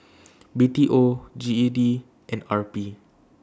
B T O G E D and R P